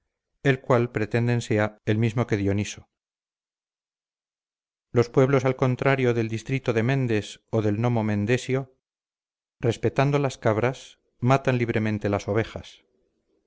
el cual pretenden sea el mismo que dioniso los pueblos al contrario del distrito de mendes o del nomo mendesio respetando las cabras matan libremente las ovejas